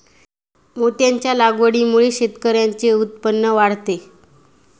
मोत्यांच्या लागवडीमुळे शेतकऱ्यांचे उत्पन्न वाढते